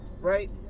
right